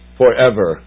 forever